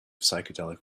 psychedelic